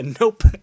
Nope